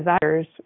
desires